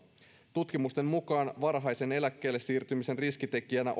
tutkimusten mukaan varhaisen eläkkeellesiirtymisen riskitekijänä